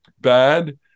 bad